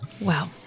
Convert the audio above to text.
Wow